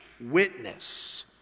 witness